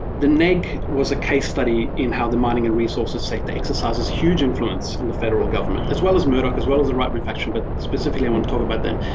the neg was a case study in how the mining and resources sector exercises huge influence on the federal government, as well as murdoch as well as the right wing faction, but specifically, want to talk about them.